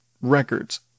records